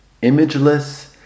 imageless